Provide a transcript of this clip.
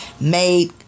made